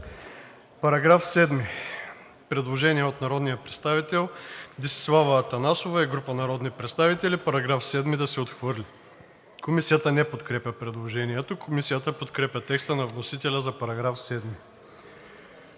Параграф 9 – предложение от народния представител Десислава Атанасова и група народни представители – параграф 9 да се отхвърли. Комисията не подкрепя предложението. Комисията подкрепя текста на вносителя за § 9.